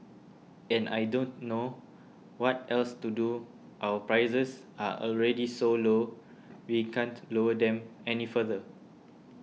and I don't know what else to do our prices are already so low we can't lower them any further